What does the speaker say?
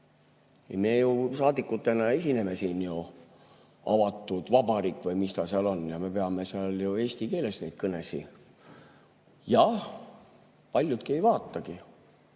Me ju saadikutena esineme siin Avatud Vabariigis või mis ta on, ja me peame ju eesti keeles neid kõnesid. Jah, paljud ei vaatagi.